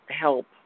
help